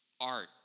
art